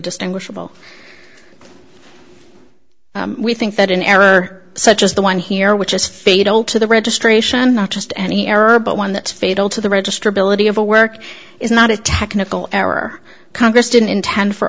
distinguishable we think that an error such as the one here which is fatal to the registration not just any error but one that's fatal to the register ability of a work is not a technical error congress didn't intend for